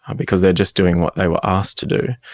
because they are just doing what they were asked to do.